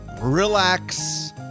relax